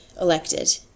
elected